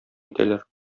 итәләр